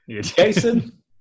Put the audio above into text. Jason